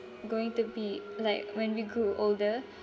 going to be like when we grew older